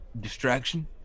distraction